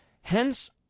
Hence